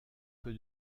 peu